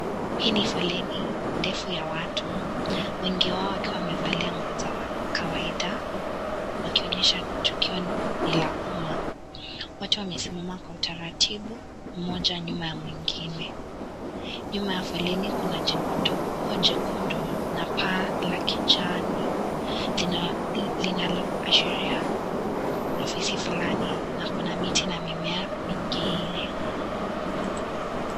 Hii ni foleni ndefu ya watu wengi wao wakiwa wamevalia nguo za kawaida wakionyesha tukio la umma, wote wamesimama kwa utaratibu mmoja nyuma ya mwingine ,nyuma ya foleni kuna jengo ndogo jekundu na paa la kijani linaloashiria ofisi fulani na kuna miti na mimema mingine.